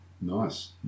Nice